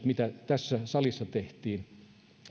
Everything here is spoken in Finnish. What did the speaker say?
mitä tässä salissa tehtiin